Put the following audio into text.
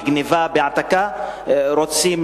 בגנבה ובהעתקה רוצים